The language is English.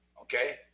okay